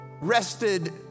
rested